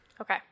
Okay